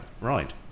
Right